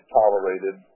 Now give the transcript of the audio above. tolerated